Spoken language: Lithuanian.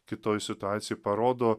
kitoj situacijoj parodo